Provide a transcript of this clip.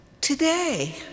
Today